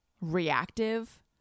reactive